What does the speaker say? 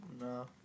No